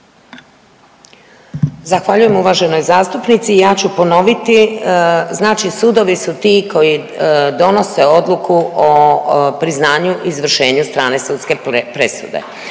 Zahvaljujem uvaženoj zastupnici. Ja ću ponoviti, znači sudovi su ti koji donose odluku o priznanju izvršenju strane sudske presude